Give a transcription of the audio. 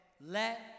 let